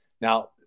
Now